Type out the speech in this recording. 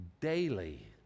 daily